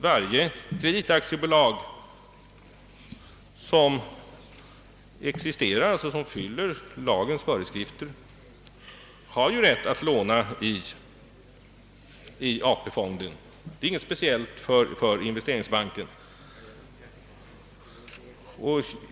Varje kreditaktiebolag som fyller lagens föreskrifter har rätt att låna ur AP-fonden, Det är inget speciellt för investeringsbanken.